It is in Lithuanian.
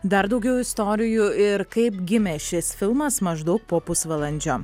dar daugiau istorijų ir kaip gimė šis filmas maždaug po pusvalandžio